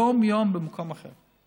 יום-יום במקום אחר,